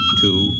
two